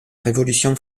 révolution